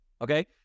Okay